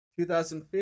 2015